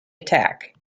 attack